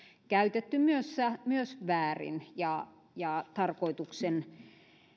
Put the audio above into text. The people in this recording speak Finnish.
käytetty myös väärin ja ja tarkoituksen